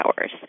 hours